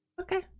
Okay